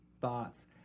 thoughts